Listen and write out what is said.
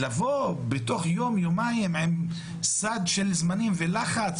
לבוא ותוך יום-יומיים, עם סד של זמנים ולחץ